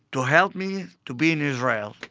to help me to be in israel